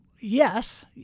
yes